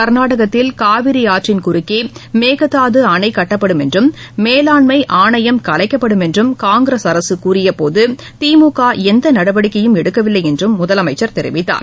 கர்நாடகத்தில் காவிரி ஆற்றின் குறுக்கே மேகதாது அணை கட்டப்படும் என்றும் மேலாண்மை ஆணையம் கலைக்கப்படும் என்றும் காங்கிரஸ் அரசு கூறிய போது திமுக எந்த நடவடிக்கையும் எடுக்கவில்லை என்றும் முதலமைச்சர் தெரிவித்தார்